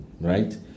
right